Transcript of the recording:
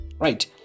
right